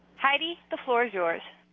heidi, the floor is yours.